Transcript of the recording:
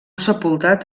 sepultat